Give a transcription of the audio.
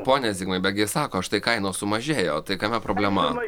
pone zigmai betgi sako štai kainos sumažėjo tai kame problema